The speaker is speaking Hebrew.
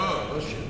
לא שיר.